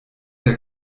der